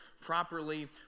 properly